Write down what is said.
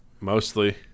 mostly